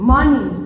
Money